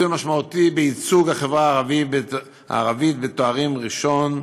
משמעותי בייצוג החברה הערבית בתואר ראשון,